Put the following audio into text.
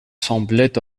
semblait